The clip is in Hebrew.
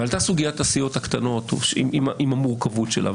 עלתה סוגיית הסיעות הקטנות עם המורכבות שלה.